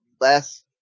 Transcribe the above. less